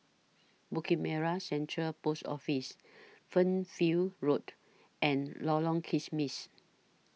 Bukit Merah Central Post Office Fernhill Road and Lorong Kismis